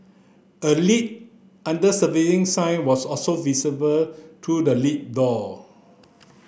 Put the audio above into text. a lift under servicing sign was also visible through the lift door